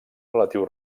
relatiu